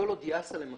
כל עוד YASA למשל,